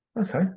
okay